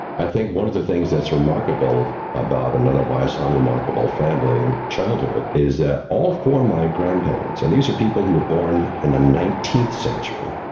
i think one of the things that's remarkable about an otherwise, unremarkable family and childhood, is that all for my grandparents, and these are people who were born in the nineteenth century,